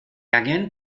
angen